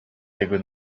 tego